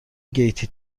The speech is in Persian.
گیتی